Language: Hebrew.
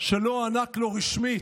שלא הוענק לו רשמית,